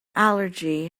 allergy